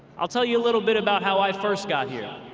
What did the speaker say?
i'll tell you a little bit about how i first got here.